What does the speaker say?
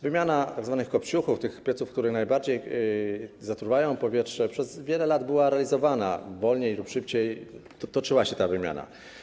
Wymiana tzw. kopciuchów, tych pieców, które najbardziej zatruwają powietrze, przez wiele lat była realizowana, wolniej lub szybciej trwała ta wymiana.